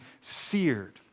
seared